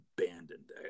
abandoned